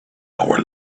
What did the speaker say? our